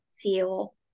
feel